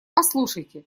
послушайте